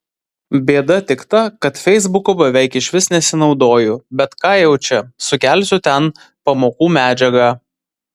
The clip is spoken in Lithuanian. bėda tik ta kad feisbuku beveik išvis nesinaudoju bet ką jau čia sukelsiu ten pamokų medžiagą